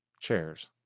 chairs